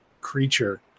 creature